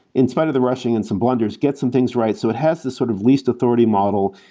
in spite of the rushing and some blunders, get some things right. so it has this sort of least authority model.